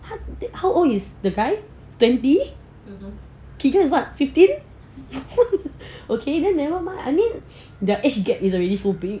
how old is the guy twenty he gets what fifteen okay then never mind I mean their age gap is already so big